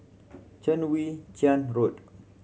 Chwee Chian Road